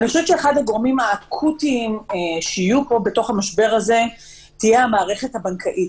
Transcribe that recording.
אחד הגורמים האקוטיים שיהיו בתוך המשבר הזה הוא המערכת הבנקאית.